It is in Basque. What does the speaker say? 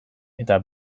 eta